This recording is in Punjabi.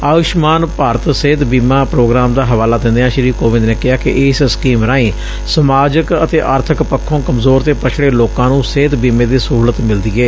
ਆਯੂਸ਼ਮਾਨ ਭਾਰਤ ਸਿਹਤ ਬੀਮਾ ਪ੍ਰੋਗਰਾਮ ਦਾ ਹਵਾਲਾ ਦਿਦਿਆਂ ਸ੍ਰੀ ਕੋਵਿਦ ਨੇ ਕਿਹਾ ਕਿ ਇਸ ਸਕੀਮ ਰਾਹੀਂ ਸੁਮਾਜਕ ਅਤੇ ਆਰਥਕ ਪੱਖੋਂ ਕਮਜ਼ੋਰ ਤੇ ਪਛੜੇ ਲੋਕਾਂ ਨੂੰ ਸਿਹਤ ਬੀਮੇ ਦੀ ਸਹੂਲਤ ਮਿਲਦੀ ਏ